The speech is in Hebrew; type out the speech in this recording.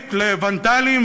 אחראית ל"ונתלים",